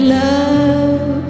love